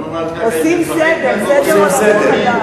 עושים סדר, סדר עולמי חדש.